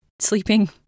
sleeping